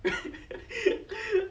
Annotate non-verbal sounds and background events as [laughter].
[laughs]